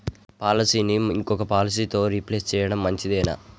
పాలసీని ఇంకో పాలసీతో రీప్లేస్ చేయడం మంచిదేనా?